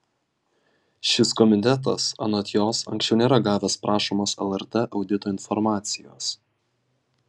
šis komitetas anot jos anksčiau nėra gavęs prašomos lrt audito informacijos